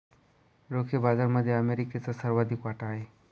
रोखे बाजारामध्ये अमेरिकेचा सर्वाधिक वाटा आहे